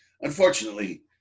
unfortunately